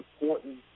important